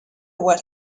what